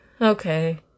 Okay